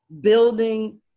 building